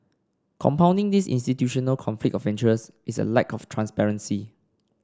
compounding this institutional conflict of interest is a lack of transparency